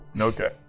Okay